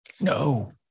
No